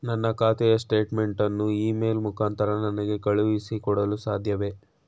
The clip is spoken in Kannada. ನನ್ನ ಖಾತೆಯ ಸ್ಟೇಟ್ಮೆಂಟ್ ಅನ್ನು ಇ ಮೇಲ್ ಮುಖಾಂತರ ನನಗೆ ಕಳುಹಿಸಿ ಕೊಡಲು ಸಾಧ್ಯವೇ?